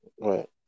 Right